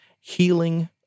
healing